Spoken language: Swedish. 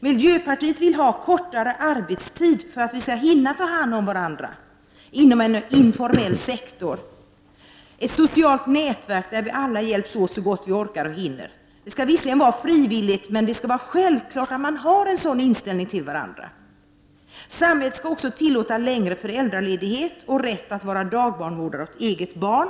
Miljöpartiet vill ha kortare arbetstid för att vi skall hinna ta hand om varandra inom en informell sektor, ett socialt nätverk där vi alla hjälps åt så gott vi orkar och hinner. Det skall visserligen vara frivilligt, men det skall vara självklart att vi har en sådan inställning till varandra. Samhället skall även tillåta längre föräldraledighet och ge föräldrar rätt att vara dagbarnvårdare åt eget barn.